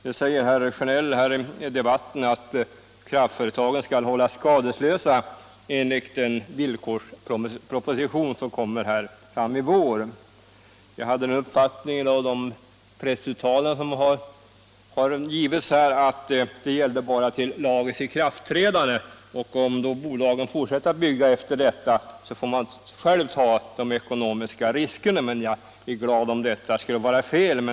Nu säger herr Sjönell här i debatten att kraftföretagen skall hållas skadeslösa, enligt den villkorsproposition som kommer att läggas fram i vår. Av de pressuttalanden som gjorts har jag dock fått den uppfattningen att det bara gällde till lagens ikraftträdande; om bolagen därefter fortsätter att bygga, så får de själva ta de ekonomiska riskerna. Jag är glad om denna min uppfattning har varit felaktig.